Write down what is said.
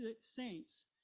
saints